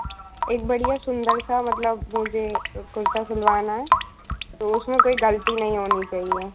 एक बढ़िया सुंदर सा मतलब मुझे कुर्ता सिलवाना है तो उसमें कोई ग़लती नहीं होनी चाहिए